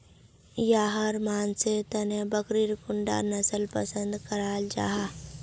याहर मानसेर तने बकरीर कुंडा नसल पसंद कराल जाहा?